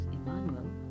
Emmanuel